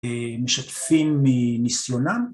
משתפים מניסיונם.